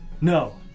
No